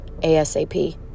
ASAP